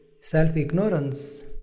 self-ignorance